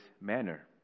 manner